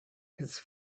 his